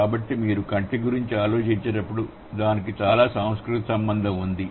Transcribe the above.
కాబట్టి మీరు కంటి గురించి ఆలోచిస్తున్నప్పుడు దానికి చాలా సాంస్కృతిక సంబంధం ఉంది